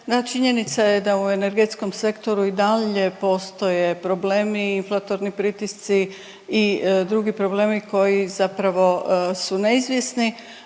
činjenica je da u energetskom sektoru i dalje postoje problemi, inflatorni pritisci i drugi problemi koji zapravo su neizvjesni.